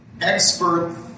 expert